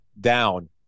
down